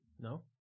No